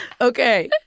Okay